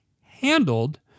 handled